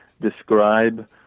describe